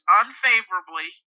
unfavorably